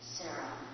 Sarah